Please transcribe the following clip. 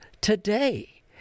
today